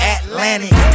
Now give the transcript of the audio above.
Atlantic